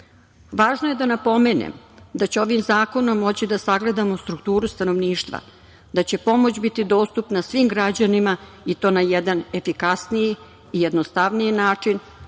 je da napomenem da će ovim zakonom moći da sagledamo strukturu stanovništva, da će pomoć biti dostupna svim građanima i to na jedan efikasniji i jednostavniji način